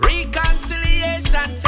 Reconciliation